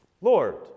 Lord